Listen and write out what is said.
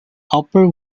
upper